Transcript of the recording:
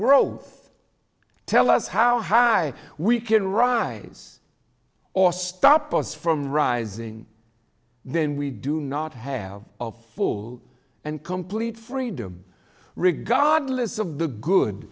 growth tell us how high we can rise or stop us from rising then we do not have of full and complete freedom regardless of the good